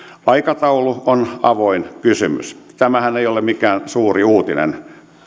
aikataulu on avoin kysymys tämähän ei ole mikään suuri uutinen